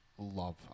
Love